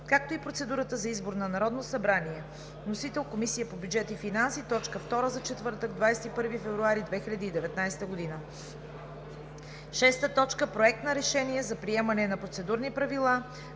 както и процедурата за избор на Народно събрание. Вносител е Комисията по бюджет и финанси, точка втора за четвъртък, 21 февруари 2019 г. 6. Проект на решение за приемане на процедурни правила